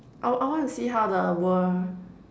I I wanna see how the world